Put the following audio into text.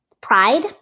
pride